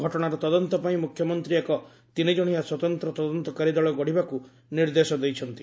ଘଟଣାର ତଦନ୍ତ ପାଇଁ ମୁଖ୍ୟମନ୍ତ୍ରୀ ଏକ ତିନିଜଣିଆ ସ୍ୱତନ୍ତ୍ର ତଦନ୍ତକାରୀ ଦଳ ଗଢ଼ିବାକୁ ନିର୍ଦ୍ଦେଶ ଦେଇଛନ୍ତି